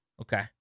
Okay